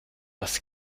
was